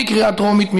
בקריאה טרומית.